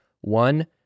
one